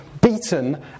beaten